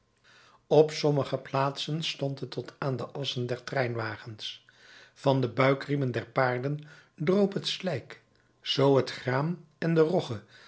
op sommige plaatsen stond het tot aan de assen der treinwagens van de buikriemen der paarden droop het slijk zoo het graan en de rogge